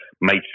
made